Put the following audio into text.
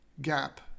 gap